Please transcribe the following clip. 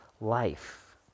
life